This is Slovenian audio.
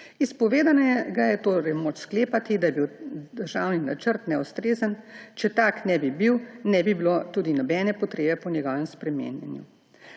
Iz povedanega je torej moč sklepati, da je bil državni načrt neustrezen. Če tak ne bi bil, ne bi bilo tudi nobene potrebe po njegovem spreminjanju.